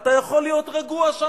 אתה יכול להיות רגוע שם,